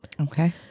Okay